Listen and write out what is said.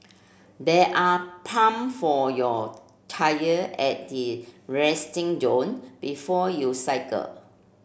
there are pump for your tyre at the resting zone before you cycle